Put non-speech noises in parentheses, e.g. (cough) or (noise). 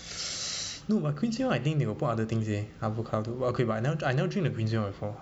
(noise) no but queens way [one] I think they got put other things eh avocado but okay I never drink the queen sway [one] before